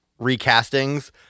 recastings